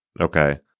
Okay